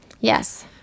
Yes